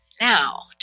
now